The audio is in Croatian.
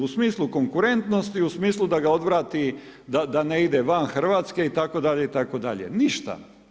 U smislu konkurentnosti, u smislu da ga odvrati da ne ide van RH itd. itd., ništa.